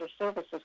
Services